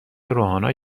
روحانا